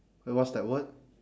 wait what's that word